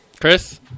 Chris